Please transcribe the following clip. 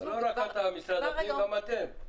לא רק אתה משרד הפנים, גם אתם.